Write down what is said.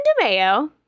DeMayo